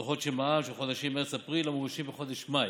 דוחות של מע"מ של חודשים מרץ-אפריל המוגשים בחודש מאי.